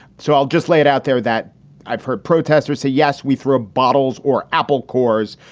so i'll just lay it out there that i've heard protesters say, yes, we throw bottles or apple cores,